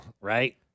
right